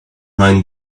mind